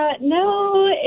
no